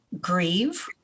grieve